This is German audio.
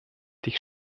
dich